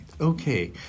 Okay